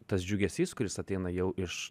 tas džiugesys kuris ateina jau iš